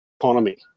economy